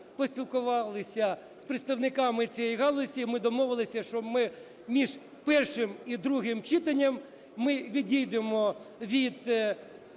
поспілкувалися з представниками цієї галузі, ми домовилися, що ми між першим і другим читанням ми відійдемо від